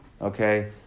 okay